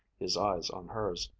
his eyes on hers.